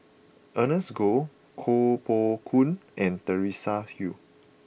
Ernest Goh Koh Poh Koon and Teresa Hsu